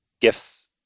gifts